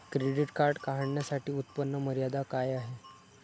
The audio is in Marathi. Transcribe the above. क्रेडिट कार्ड काढण्यासाठी उत्पन्न मर्यादा काय आहे?